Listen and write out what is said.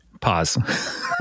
Pause